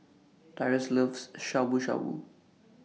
Tyrus loves Shabu Shabu